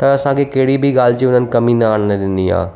त असांखे कहिड़ी बि ॻाल्हि जी हुननि कमी न आणणु ॾिनी आहे